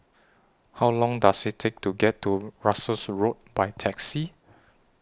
How Long Does IT Take to get to Russels Road By Taxi